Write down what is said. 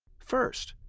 first,